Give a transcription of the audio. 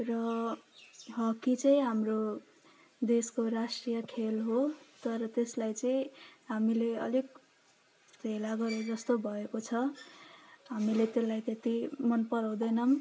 र हकी चाहिँ हाम्रो देशको राष्ट्रिय खेल हो तर त्यसलाई चाहिँ हामीले अलिक हेला गरेजस्तो भएको छ हामीले त्यसलाई त्यत्ति मनपराउँदैनौँ